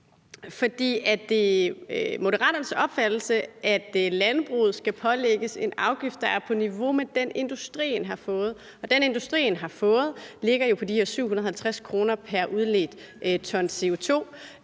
Er det Moderaternes opfattelse, at landbruget skal pålægges en afgift, der er på niveau med den, industrien har fået? Den, industrien har fået, ligger på de her 750 kr. pr. udledt ton CO2.